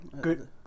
Good